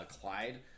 Clyde